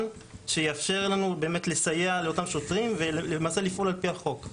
שיאפשר לנו לסייע לאותם שוטרים ולמעשה לפעול על פי החוק,